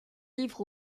livre